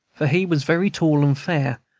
for he was very tall and fair,